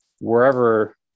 wherever